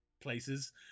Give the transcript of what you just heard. places